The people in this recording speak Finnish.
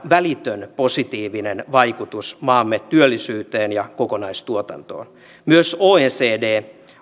olevan välitön positiivinen vaikutus maamme työllisyyteen ja kokonaistuotantoon myös oecd